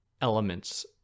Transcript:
elements